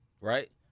Right